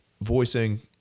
voicing